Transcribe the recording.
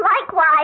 Likewise